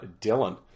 Dylan